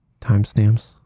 timestamps